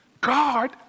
God